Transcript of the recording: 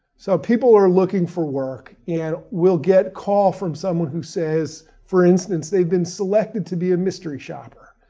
so people are looking for work and will get a call from someone who says, for instance, they've been selected to be a mystery shopper.